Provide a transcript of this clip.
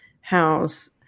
house